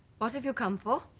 what have you come for?